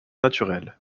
naturel